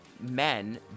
men